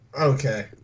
okay